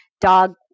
dog